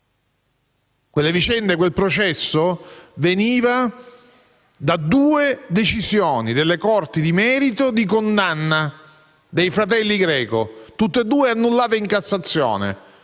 quelle vicende. Quel processo veniva da due decisioni delle corti di merito di condanna dei fratelli Greco, entrambe annullate in Cassazione